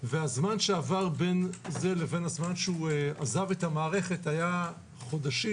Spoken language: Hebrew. והזמן שעבר בין זה לבין הזמן שעזב את המערכת היה חודשים,